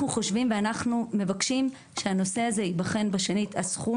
אנחנו מבקשים שהנושא של הסכום ייבחן בשנית.